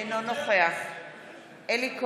אינו נוכח אלי כהן,